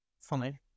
Funny